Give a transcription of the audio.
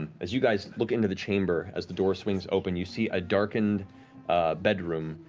as you guys look into the chamber, as the door swings open, you see a darkened bedroom,